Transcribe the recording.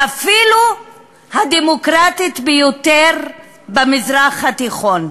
ואפילו הדמוקרטית ביותר במזרח התיכון?